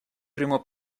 primo